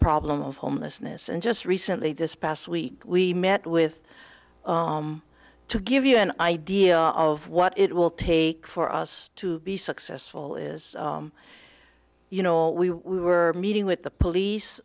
problem of homelessness and just recently this past week we met with to give you an idea of what it will take for us to be successful is you know we were meeting with the police